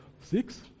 Six